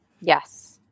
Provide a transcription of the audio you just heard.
Yes